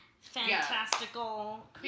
fantastical